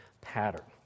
pattern